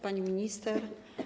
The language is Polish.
Pani Minister!